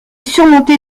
surmontée